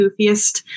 goofiest